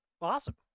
Awesome